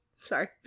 Sorry